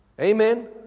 Amen